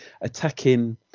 attacking